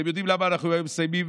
אתם יודעים למה אנחנו היום מסיימים,